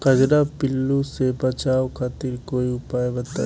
कजरा पिल्लू से बचाव खातिर कोई उपचार बताई?